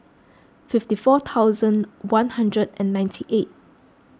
fifty four one hundred and ninety eight